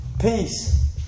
Peace